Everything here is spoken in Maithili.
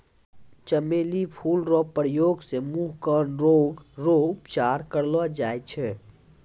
चमेली फूल रो प्रयोग से मुँह, कान रोग रो उपचार करलो जाय छै